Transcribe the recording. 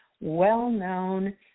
well-known